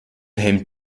hemmt